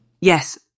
Yes